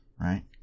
right